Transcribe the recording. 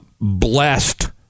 blessed